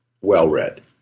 well-read